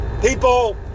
People